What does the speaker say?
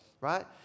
right